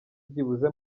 byibuze